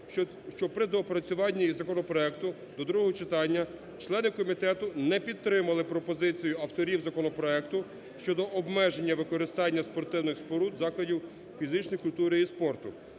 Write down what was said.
що при доопрацюванні законопроекту до другого читання члени комітету не підтримали пропозицію авторів законопроекту щодо обмеження використання спортивних споруд заходів фізичних культури і спорту,